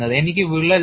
എനിക്ക് വിള്ളൽ ഉണ്ട്